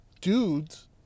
dudes